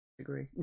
agree